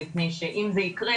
מפני שאם זה יקרה,